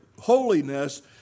holiness